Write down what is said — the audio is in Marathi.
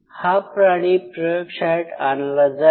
हा प्राणी प्रयोगशाळेत आणला जाईल